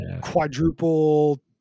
quadruple